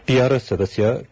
TRS ಸದಸ್ಕ K